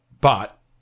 But-